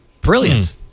Brilliant